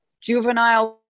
juvenile